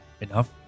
Enough